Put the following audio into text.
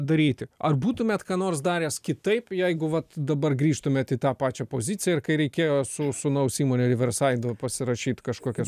daryti ar būtumėt ką nors daręs kitaip jeigu vat dabar grįžtumėt į tą pačią poziciją ir kai reikėjo su sūnaus įmone riversaid va pasirašyt kažkokias